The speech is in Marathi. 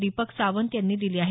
दीपक सावंत यांनी दिले आहेत